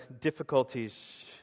difficulties